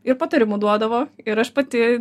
ir patarimų duodavo ir aš pati